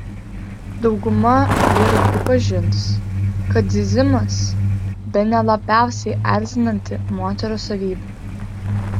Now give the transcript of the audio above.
dauguma vyrų pripažins kad zyzimas bene labiausiai erzinanti moterų savybė